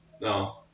No